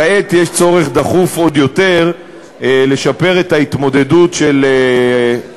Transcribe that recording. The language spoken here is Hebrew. כעת יש צורך דחוף עוד יותר לשפר את ההתמודדות של מדינת